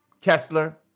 Kessler